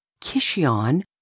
Kishion